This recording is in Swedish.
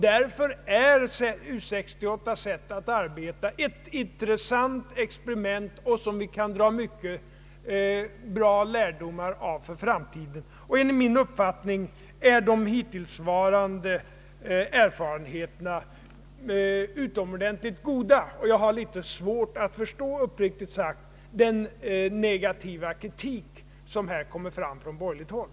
Därför är U 68:s sätt att arbeta ett intressant experiment som vi kan dra mycket värdefulla lärdomar av för framtiden. Enligt min uppfattnnig är de hittillsvarande erfarenheterna utomordentligt goda, och jag har uppriktigt sagt litet svårt att förstå den negativa kritik som här kommer från borgerligt håll.